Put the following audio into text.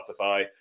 spotify